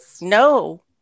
no